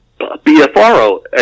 BFRO